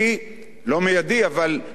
לא מיידי אבל משמעותי,